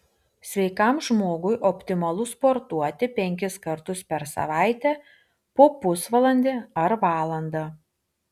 sveikam žmogui optimalu sportuoti penkis kartus per savaitę po pusvalandį ar valandą